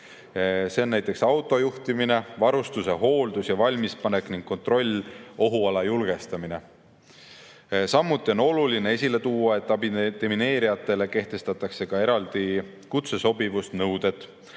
See on näiteks autojuhtimine, varustuse hooldus ja valmispanek ning kontroll, ohuala julgestamine. Samuti on oluline esile tuua, et abidemineerijatele kehtestatakse eraldi kutsesobivusnõuded.